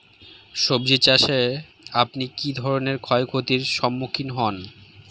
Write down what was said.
সবজী চাষে আপনি কী ধরনের ক্ষয়ক্ষতির সম্মুক্ষীণ হন?